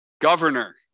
Governor